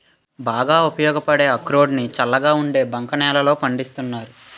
బాగా ఉపయోగపడే అక్రోడ్ ని చల్లగా ఉండే బంక నేలల్లో పండిస్తున్నాను